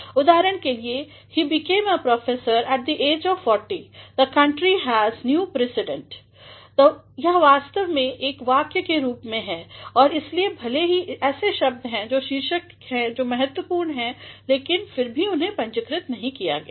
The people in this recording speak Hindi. उदाहरण के लिए'he became a professor at the age of 40 the country has new precedent' यह वास्तव में एक वाक्य के रूप में है और इसलिए भले ही ऐसे शब्द हैं जो शीर्षक हैं जो महत्वपूर्ण हैंलेकिन फिर उन्हें पूंजीकृत नहीं किया गया है